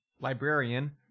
Librarian